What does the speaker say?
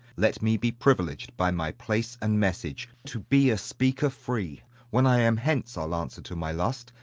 let me be privileg'd by my place and message to be a speaker free when i am hence i'll answer to my lust.